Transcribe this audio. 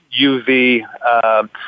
UV